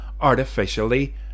artificially